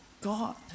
God